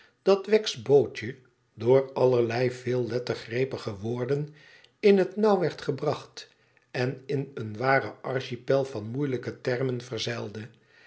dat wegg's bootje door allerlei veellettergrepige woorden in het nauw werd gebracht en in een waren archipel van moeilijke termen